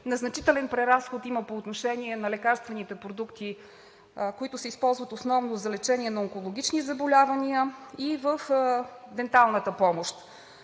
Незначителен преразход има по отношение на лекарствените продукти, които се използват основно за лечението на онкологични заболявания и в денталната помощ.